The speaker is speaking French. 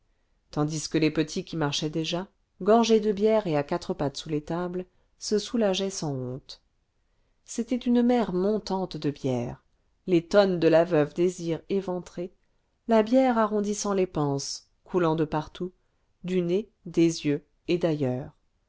tandis que les petits qui marchaient déjà gorgés de bière et à quatre pattes sous les tables se soulageaient sans honte c'était une mer montante de bière les tonnes de la veuve désir éventrées la bière arrondissant les panses coulant de partout du nez des yeux et d'ailleurs